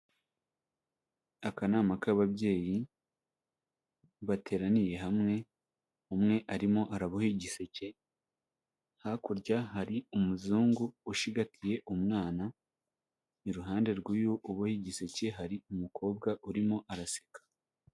Akanama k'ababyeyi bateraniye hamwe, umwe arimo araboha igiseke, hakurya hari umuzungu ushigatiye umwana, iruhande rw'uyu uboha igiseke hari umukobwa urimo araseka.